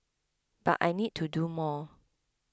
but I need to do more